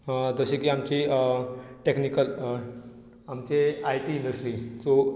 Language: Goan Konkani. जशें की आमची टॅक्निकल आमचे आयटी इंडस्ट्री चो